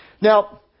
Now